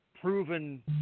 proven